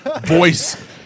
voice